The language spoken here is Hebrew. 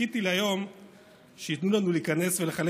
חיכיתי ליום שייתנו לנו להיכנס ולחלק